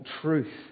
truth